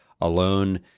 alone